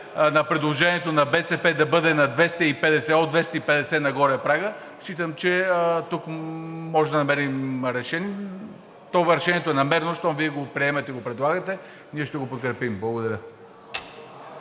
на предложението на БСП да бъде от 250 нагоре прагът, считам, че тук можем да намерим решение. То решението е намерено – щом Вие го приемате и го предлагате, ние ще го подкрепим. Благодаря.